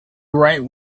right